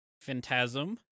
Phantasm